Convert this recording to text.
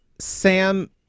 sam